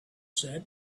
said